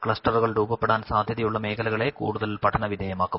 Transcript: ക്സ്റ്ററുകൾ രൂപപ്പെടാൻ സാധൃതയുള്ള മേഖലകളെ കൂടുതൽ പഠനവിധോയമാക്കും